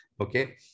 okay